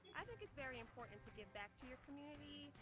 i think it's very important to give back to your community.